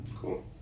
Cool